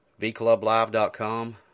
VClubLive.com